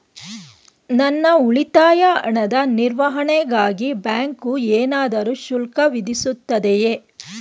ನನ್ನ ಉಳಿತಾಯ ಹಣದ ನಿರ್ವಹಣೆಗಾಗಿ ಬ್ಯಾಂಕು ಏನಾದರೂ ಶುಲ್ಕ ವಿಧಿಸುತ್ತದೆಯೇ?